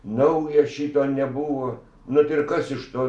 naujas šito nebuvo nu tai ir kas iš to